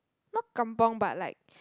not kampung but like